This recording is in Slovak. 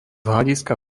hľadiska